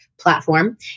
platform